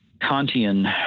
Kantian